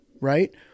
right